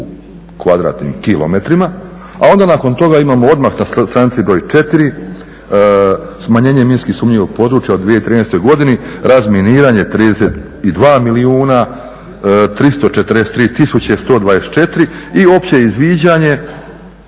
izražava u km2, a onda nakon toga imamo odmah na stranici broj 4 smanjenje minski sumnjivog područja u 2013. godini razminiranje 32 milijuna 343 tisuće 124 i opće izviđanje